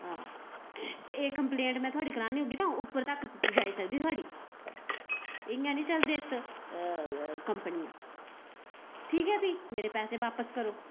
हां एह् कपलेंट में थोहाड़ी करानी होगी ते ओ ह्बी उप्पर तक पजाई सकदी आं इयां नेईं चलदे कंपनियां ठीक ऐ फिह् मेरे पैसे बापस करो